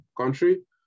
country